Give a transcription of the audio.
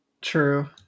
true